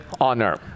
honor